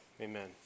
Amen